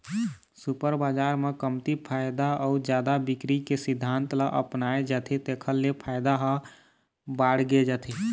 super बजार म कमती फायदा अउ जादा बिक्री के सिद्धांत ल अपनाए जाथे तेखर ले फायदा ह बाड़गे जाथे